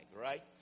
right